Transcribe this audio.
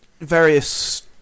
various